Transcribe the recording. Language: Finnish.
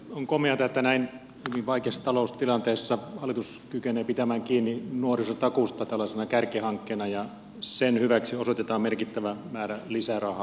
on komeata että näin hyvin vaikeassa taloustilanteessa hallitus kykenee pitämään kiinni nuorisotakuusta tällaisena kärkihankkeena ja sen hyväksi osoitetaan merkittävä määrä lisärahaa